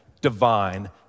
divine